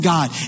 God